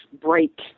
break